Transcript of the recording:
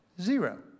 zero